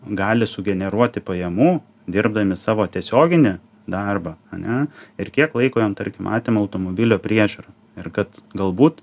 gali sugeneruoti pajamų dirbdami savo tiesioginį darbą ane ir kiek laiko jam tarkim atima automobilio priežiūra ir kad galbūt